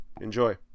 Enjoy